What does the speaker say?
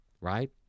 right